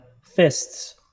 fists